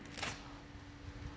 <Z?